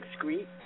excrete